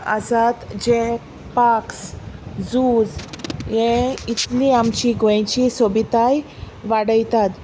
आसात जे पार्क्स जूज हे इतली आमची गोंयची सोबिताय वाडयतात